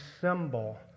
symbol